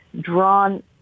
drawn